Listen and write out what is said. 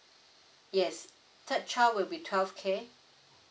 yes third child will be twelve K